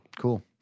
Cool